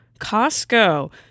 Costco